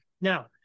Now